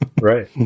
Right